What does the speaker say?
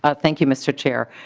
ah thank you mr. chair.